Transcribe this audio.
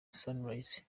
sunrise